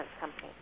company